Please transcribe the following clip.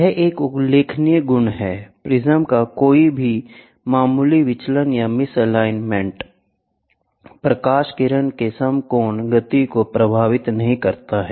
यह एक उल्लेखनीय गुण है प्रिज्म का कोई भी मामूली विचलन या मिसलिग्न्मेंट प्रकाश किरण के समकोण गति को प्रभावित नहीं करता है